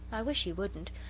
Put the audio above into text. i wish he wouldn't,